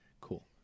Cool